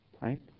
right